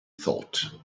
thought